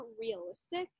realistic